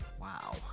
Wow